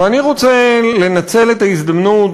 ואני רוצה לנצל את ההזדמנות,